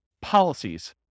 policies